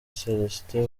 célestin